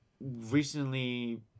recently